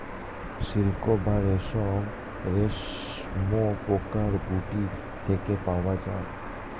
silk বা রেশম রেশমপোকার গুটি থেকে পাওয়া যায়